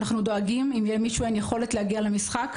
אנחנו דואגים אם למישהו אין יכולת להגיע למשחק,